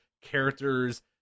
characters